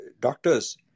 doctors